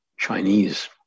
Chinese